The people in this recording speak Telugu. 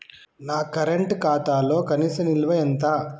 నా కరెంట్ ఖాతాలో కనీస నిల్వ ఎంత?